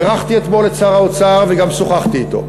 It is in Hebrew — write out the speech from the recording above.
אני בירכתי אתמול את שר האוצר, וגם שוחחתי אתו.